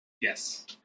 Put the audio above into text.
Yes